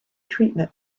treatment